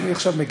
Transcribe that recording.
עכשיו אני מגיב.